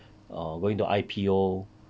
or going to I_P_O